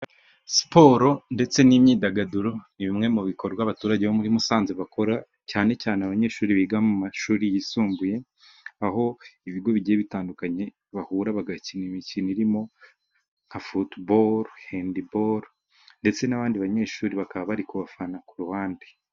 Siporo ndetse n'imyidagaduro, ni bimwe mu bikorwa abaturage bo muri Musanze bakora, cyane cyane abanyeshuri biga mu mashuri yisumbuye, aho ibigo bigiye bitandukanye bahura bagakina imikino irimo nka futuboro, hendiboro ndetse n'abandi banyeshuri bakaba bari kubafana ku ruhande.